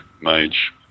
mage